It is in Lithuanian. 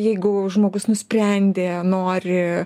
jeigu žmogus nusprendė nori